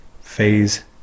phase